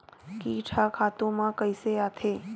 कीट ह खातु म कइसे आथे?